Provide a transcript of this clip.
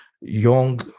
young